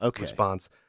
response